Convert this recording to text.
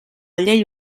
llei